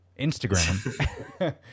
Instagram